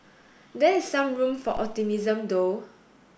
there is some room for optimism though